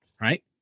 right